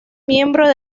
miembro